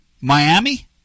Miami